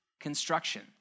construction